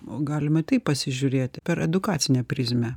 o galima taip pasižiūrėti per edukacinę prizmę